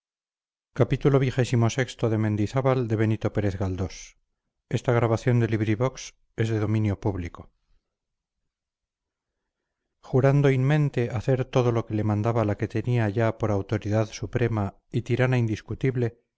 cervantes jurando in mente hacer todo lo que le mandaba la que tenía ya por autoridad suprema y tirana indiscutible